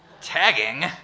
Tagging